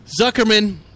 Zuckerman